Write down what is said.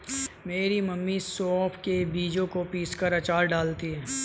मेरी मम्मी सौंफ के बीजों को पीसकर अचार में डालती हैं